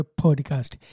podcast